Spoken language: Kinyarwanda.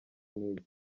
nize